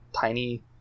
tiny